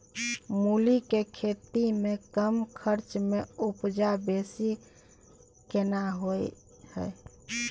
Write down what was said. मूली के खेती में कम खर्च में उपजा बेसी केना होय है?